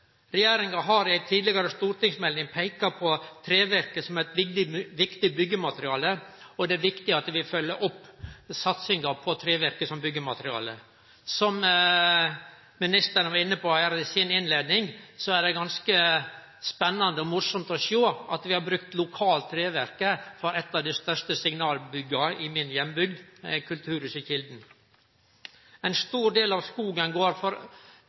Regjeringa har i ei tidlegare stortingsmelding peika på trevirke som eit viktig byggjemateriale, og det er viktig at vi følgjer opp satsinga på trevirke som byggjemateriale. Som statsråden var inne på i si innleiing, er det ganske spennande og morosamt å sjå at vi har brukt lokalt trevirke på eit av dei største signalbygga i min heimby, kulturhuset Kilden. Ein stor del av skogen går